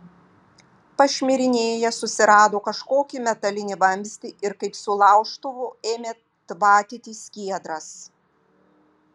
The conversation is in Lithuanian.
pašmirinėjęs susirado kažkokį metalinį vamzdį ir kaip su laužtuvu ėmė tvatyti skiedras